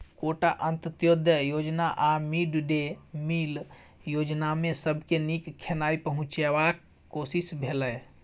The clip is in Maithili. कोटा, अंत्योदय योजना आ मिड डे मिल योजनामे सबके नीक खेनाइ पहुँचेबाक कोशिश भेलै